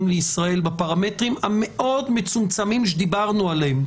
לישראל בפרמטרים המאוד מצומצמים שדיברנו עליהם,